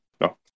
No